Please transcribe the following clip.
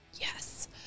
Yes